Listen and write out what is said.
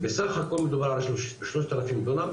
בסך הכל מדובר על 3,000 דונם,